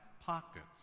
pockets